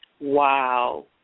Wow